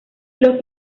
los